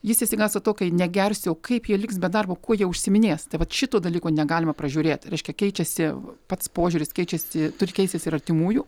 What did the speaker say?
jis išsigąsta to kai negersiu kaip jie liks be darbo kuo jie užsiiminės tai vat šito dalyko negalima pražiūrėt reiškia keičiasi pats požiūris keičiasi turi keistis ir artimųjų